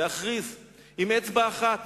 להכריז עם אצבע אחת